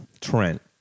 Trent